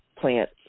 plant